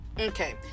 okay